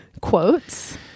quotes